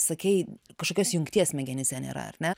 sakei kažkokios jungties smegenyse nėra ar ne